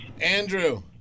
Andrew